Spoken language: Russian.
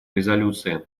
резолюции